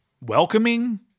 welcoming